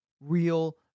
real